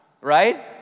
right